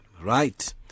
right